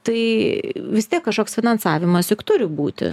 tai vis tiek kažkoks finansavimas juk turi būti